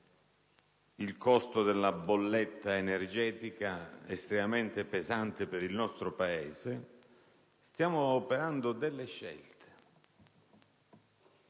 il costo della bolletta energetica, estremamente pesante per il nostro Paese; stiamo operando delle scelte